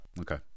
okay